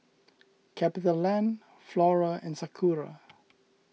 CapitaLand Flora and Sakura